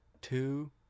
Two